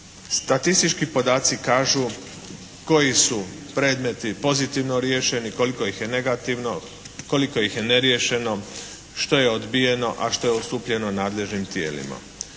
Statistički podaci kažu koji su predmeti pozitivno riješeni, koliko ih je negativno, koliko ih je neriješeno, što je odbijeno, a što je odstupljeno nadležnim tijelima.